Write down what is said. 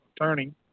attorney